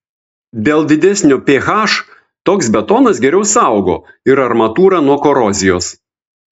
dėl didesnio ph toks betonas geriau saugo ir armatūrą nuo korozijos